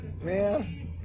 man